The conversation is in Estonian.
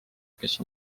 kes